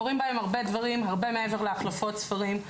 קורים בהן הרבה דברים, הרבה מעבר להחלפות ספרים.